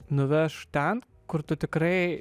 nuveš ten kur tu tikrai